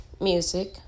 music